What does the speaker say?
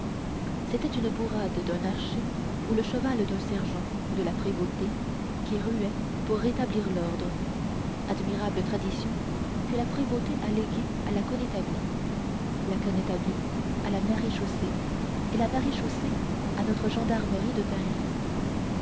c'était une bourrade d'un archer ou le cheval d'un sergent de la prévôté qui ruait pour rétablir l'ordre admirable tradition que la prévôté a léguée à la connétablie la connétablie à la maréchaussée et la maréchaussée à notre gendarmerie de paris